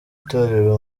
torero